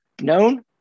known